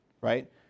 right